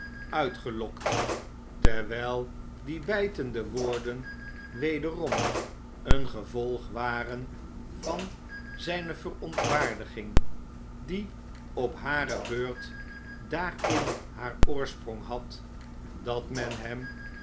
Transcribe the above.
uitgelokt terwijl die bijtende woorden wederom een gevolg waren van zijne verontwaardiging die op hare beurt daarin haar oorsprong had dat men hem